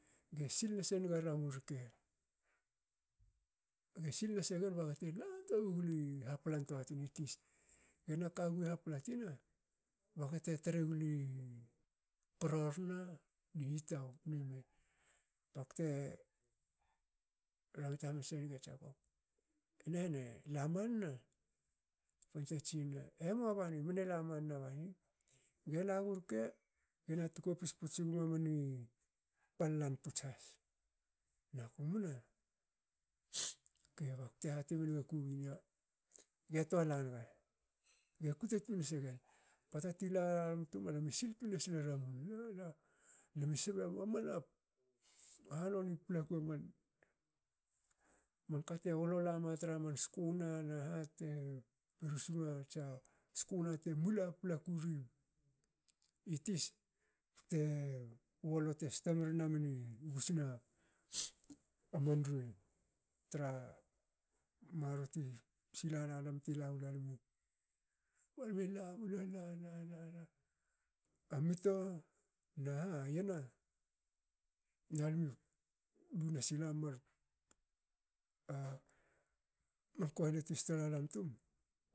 Ge sil nasenga ramun rke."Ge sil nasegen baga te lan- toa wogli haplan toa tina tis, gena kagui hapla tina baga te tregli pororan ni hitou ni me". Bakte rangta hamanse nege jecop. e nehne laman na? Bante tsina,"emua bani mne laman na bani,"gela gu rke gena hatkopis puts gmamani pal lan puts has". naku mna? okei bakte hate menge kubin. yo ge toa lanaga. ge kute tun segen. Pota ti la yalam tum alam e sil tun nasina ramun lami sbe mamana ha noni paplaku manka te wolo ma tra man skuna nah te rus ma tsia skuna te bula paplaku ri tis bu wolo te sta mre namen i gusna man ruei tra marro ti sila lalam ti lao lalam. alame lamle la- la- la- la a mito naha yena nalu lu nasi mar kohele t sta lalam tin